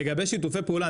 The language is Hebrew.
לגבי שיתופי פעולה,